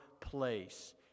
place